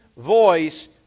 voice